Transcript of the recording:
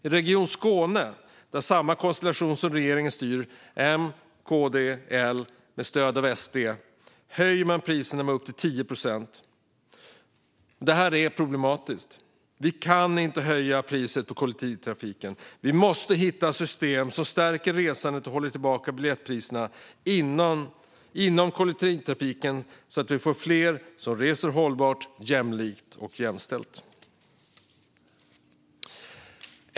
I Region Skåne där samma konstellation som i regeringen styr, M, KD och Liberalerna med stöd av SD, höjer man priserna med upp till 10 procent. Det är problematiskt. Vi kan inte höja priset på kollektivtrafiken. Vi måste hitta system som stärker resandet och håller tillbaka biljettpriserna inom kollektivtrafiken så att vi får fler som reser hållbart, jämlikt och jämställt.